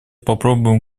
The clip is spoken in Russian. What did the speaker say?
попробуем